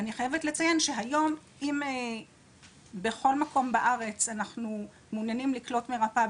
אני חייבת לציין שהיום אם בכל מקום בארץ אנחנו מעוניינים לקלוט מרפאה